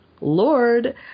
Lord